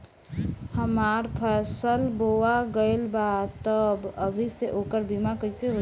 हमार फसल बोवा गएल बा तब अभी से ओकर बीमा कइसे होई?